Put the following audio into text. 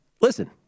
listen